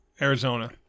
Arizona